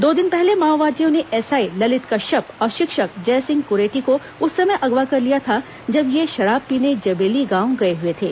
दो दिन पहले माओवादियों ने एसआई ललित कश्यप और शिक्षक जयसिंह कुरेटी को उस समय अगवा कर लिया था जब ये शराब पीने जबेली गांव गए हए थे